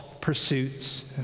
pursuits